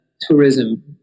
tourism